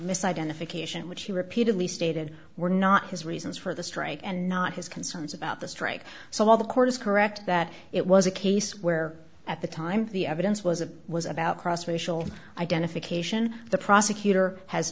misidentification which he repeatedly stated were not his reasons for the strike and not his concerns about the strike so all the court is correct that it was a case where at the time the evidence was a was about cross racial identification the prosecutor has